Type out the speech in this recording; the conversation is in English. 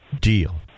deal